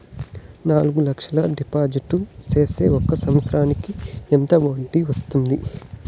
నాలుగు లక్షల డిపాజిట్లు సేస్తే ఒక సంవత్సరానికి ఎంత వడ్డీ వస్తుంది?